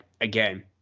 again